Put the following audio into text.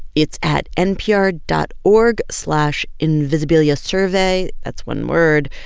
it's at npr dot org slash invisibiliasurvey. that's one word.